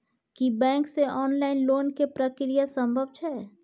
की bank से online loan के प्रक्रिया संभव छै?